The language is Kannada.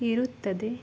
ಇರುತ್ತದೆ